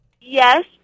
Yes